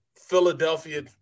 Philadelphia